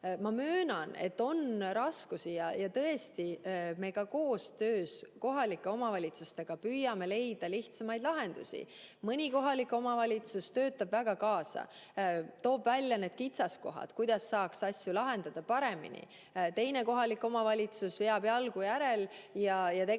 möönan, et on raskusi, ja tõesti, ka koostöös kohalike omavalitsustega me püüame leida lihtsamaid lahendusi. Mõni kohalik omavalitsus töötab väga kaasa ja leiab kitsaskohad ning teab, kuidas saaks asju paremini lahendada. Teine kohalik omavalitsus veab jalgu järel ja tegelikult